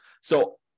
So-